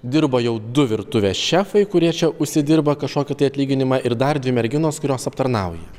dirba jau du virtuvės šefai kurie čia užsidirba kažkokį atlyginimą ir dar dvi merginos kurios aptarnauja